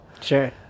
Sure